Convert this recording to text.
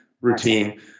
routine